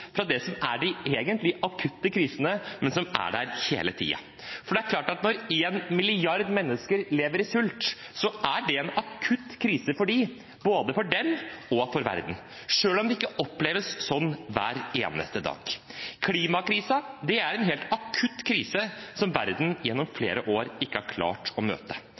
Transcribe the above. fra det som er de egentlige akutte krisene, men som er der hele tiden. For det er klart at når 1 milliard mennesker lever i sult, er det en akutt krise både for dem og for verden, selv om det ikke oppleves sånn hver eneste dag. Klimakrisen er en helt akutt krise som verden gjennom flere år ikke har klart å møte.